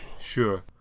Sure